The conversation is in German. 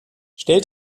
stellt